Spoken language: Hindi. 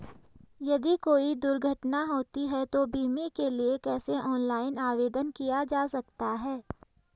यदि कोई दुर्घटना होती है तो बीमे के लिए कैसे ऑनलाइन आवेदन किया जा सकता है?